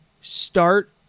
start